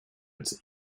its